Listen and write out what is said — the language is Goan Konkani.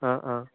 आं आं आं आं